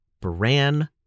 Brand